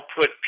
put